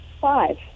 five